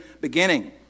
beginning